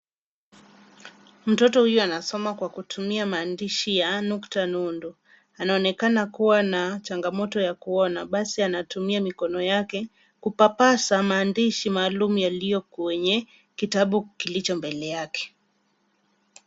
Mtoto huyu anasoma kwa kutumia maandishi ya nukta nundu. Anaonekana kuwa na changamoto ya kuona, basi anatumia mikono yake, kupapasa maandishi maalum yaliyo kwenye kitabu kilicho mbele yake.